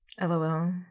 LOL